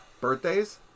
Birthdays